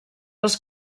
les